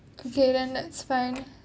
okay then that's fine